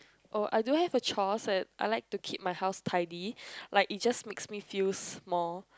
oh I do have a chores at I like to keep my house tidy like it just makes me feels more